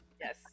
Yes